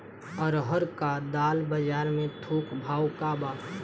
अरहर क दाल बजार में थोक भाव का बा?